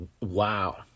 Wow